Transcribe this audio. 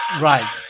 Right